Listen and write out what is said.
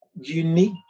unique